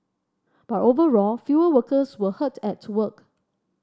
but overall fewer workers were hurt at work